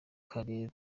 kare